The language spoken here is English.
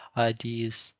ideas,